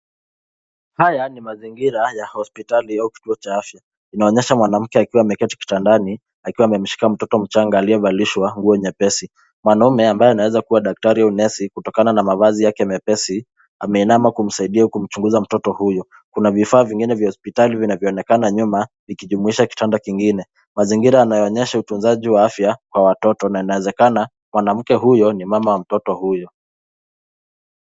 Haya ni mazingira ya hospitali au kituo cha afya. Inaonyesha mwanamke akiwa ameketi kitandani, akiwa amemshika mtoto mchanga aliyevalishwa nguo nyepesi. Mwanaume ambaye anaweza kuwa daktari au nesi, kutokana na mavazi yake mepesi, ameinama kumsaidia kumchunguza mtoto huyo. Kuna vifaa vingine vya hospitali vinavyoonekana nyuma, vikijumuisha kitanda kingine. Mazingira yanayoonyesha utunzaji wa afya, kwa watoto na inawezekana, mwanamke huyo ni mama wa mtoto huyo.